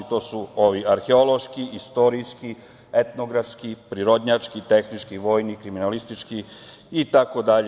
Naučni su arheološki, istorijski, etnografski, prirodnjački, tehnički, vojni, kriminalistički, itd.